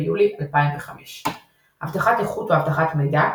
7 ביולי 2005 הבטחת איכות ואבטחת מידע,